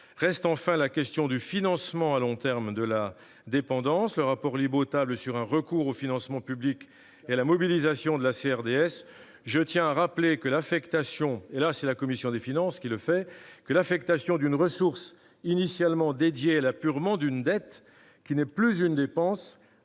Reste enfin la question du financement à long terme de la dépendance. Le rapport Libault table sur un recours au financement public et à la mobilisation de la CRDS. Je tiens à le rappeler- là, je m'exprime bien au nom de la commission des finances -, l'affectation d'une ressource initialement dédiée à l'apurement d'une dette, qui n'est plus une dépense,